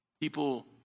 people